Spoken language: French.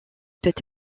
peut